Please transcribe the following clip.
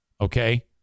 okay